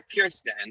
Kirsten